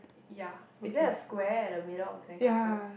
ya is there a square at the middle of the sandcastle